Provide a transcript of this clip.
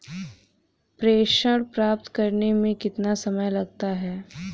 प्रेषण प्राप्त करने में कितना समय लगता है?